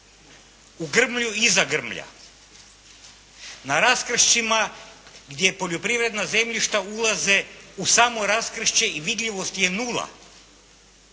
u grmlju, iza grmlja, u raskršćima gdje poljoprivredna zemljišta ulaze u samo raskršće i vidljivost je nula,